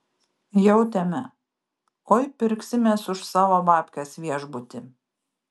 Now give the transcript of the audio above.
jautėme oi pirksimės už savo babkes viešbutį